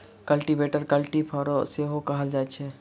कल्टीवेटरकेँ कल्टी फार सेहो कहल जाइत अछि